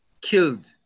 killed